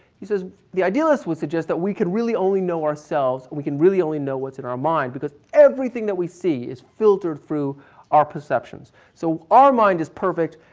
he says the idealist would suggest that we could really only know ourselves. we can really only know what's in our mind. because everything that we see is filtered through our perceptions. so our mind is perfect.